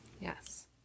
Yes